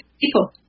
people